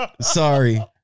Sorry